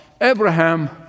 Abraham